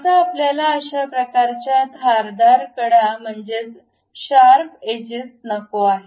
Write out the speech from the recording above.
आता आपल्याला अशा प्रकारच्या धारदार कडा म्हणजेच शार्प एजेस नको आहेत